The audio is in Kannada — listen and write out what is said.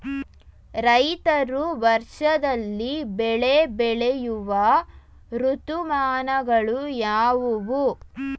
ರೈತರು ವರ್ಷದಲ್ಲಿ ಬೆಳೆ ಬೆಳೆಯುವ ಋತುಮಾನಗಳು ಯಾವುವು?